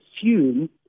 assume